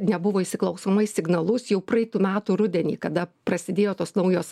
nebuvo įsiklausoma į signalus jau praeitų metų rudenį kada prasidėjo tos naujos